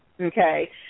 okay